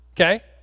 Okay